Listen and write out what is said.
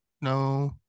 No